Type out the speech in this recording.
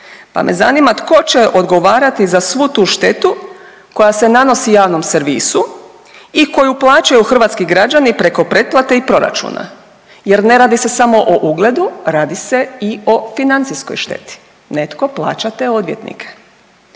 pa me zanima tko će odgovarati za svu tu štetu koja se nanosi javnom servisu i koju plaćaju hrvatski građani preko pretplate i proračuna jer ne radi se samo o ugledu, radi se i o financijskoj šteti, netko plaća te odvjetnike.